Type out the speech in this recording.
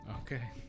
Okay